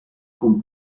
con